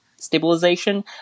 stabilization